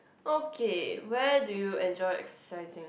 okay where do you enjoy exercising